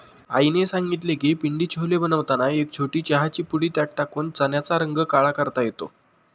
आईने सांगितले की पिंडी छोले बनवताना एक छोटी चहाची पुडी त्यात टाकून चण्याचा रंग काळा करता येतो